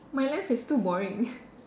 my life is too boring